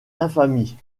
infamie